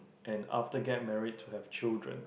and after get married to have children